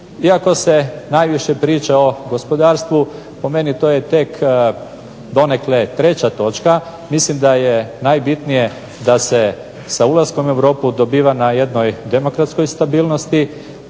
Iako se najviše priča o gospodarstvu, po meni to je tek donekle treća točka. Mislim da je najbitnije da se sa ulaskom u Europu dobiva na jednoj demokratskoj stabilnosti,